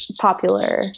popular